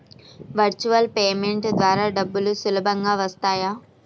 Virtual payment ద్వారా డబ్బులు సులభంగా వస్తాయా?